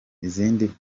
izindi